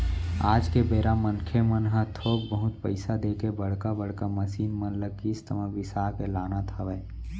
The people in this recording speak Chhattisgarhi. आज के बेरा मनखे मन ह थोक बहुत पइसा देके बड़का बड़का मसीन मन ल किस्ती म बिसा के लानत हवय